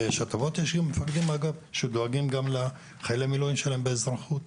והטבות יש גם למפקדים שדואגים לחיילי המילואים שלהם גם באזרחות,